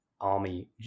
Army